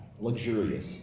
Luxurious